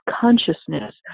consciousness